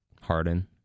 Harden